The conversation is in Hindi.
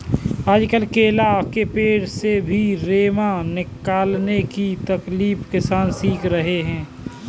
आजकल केला के पेड़ से भी रेशा निकालने की तरकीब किसान सीख रहे हैं